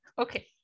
okay